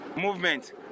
movement